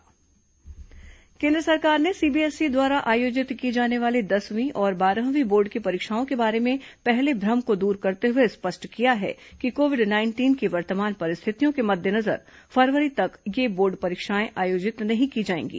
CBSE परीक्षा केन्द्र सरकार ने सीबीएसई द्वारा आयोजित की जाने वाली दसवीं और बारहवीं बोर्ड की परीक्षाओं के बारे में पहले भ्रम को दूर करते हुए स्पष्ट किया है कि कोविड नाइंटीन की वर्तमान परिस्थितियों के मद्देनजर फरवरी तक ये बोर्ड परीक्षाएं आयोजित नहीं की जाएंगी